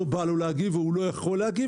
לא בא לו להגיב והוא לא יכול להגיב,